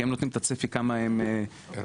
כי הן נותנות את הצפי לגבי כמה הן- -- ערן,